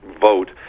vote